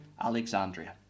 Alexandria